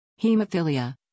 Hemophilia